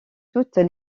toutes